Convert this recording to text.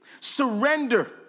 surrender